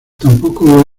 tampoco